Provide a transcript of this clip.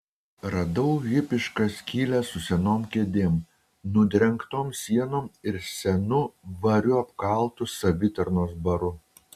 radau hipišką skylę su senom kėdėm nudrengtom sienom ir senu variu apkaltu savitarnos baru